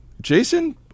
Jason